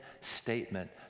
statement